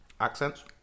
Accents